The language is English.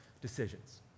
decisions